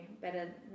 better